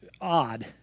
odd